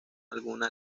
alguna